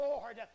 Lord